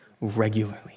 regularly